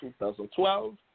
2012